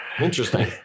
Interesting